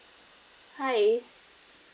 hi